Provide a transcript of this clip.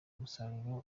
umusaruro